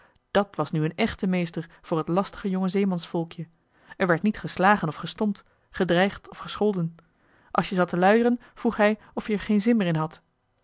dàt was nu een echte meester voor het lastige jonge zeemansvolkje er werd niet geslagen of gestompt gedreigd of gescholden als je zat te luieren vroeg hij of je er geen zin meer in had